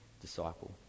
disciple